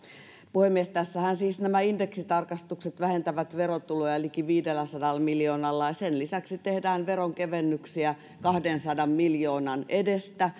puhemies tässähän siis nämä indeksitarkistukset vähentävät verotuloja liki viidelläsadalla miljoonalla sen lisäksi tehdään veronkevennyksiä kahdensadan miljoonan edestä